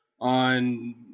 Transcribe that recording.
on